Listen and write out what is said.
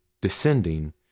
descending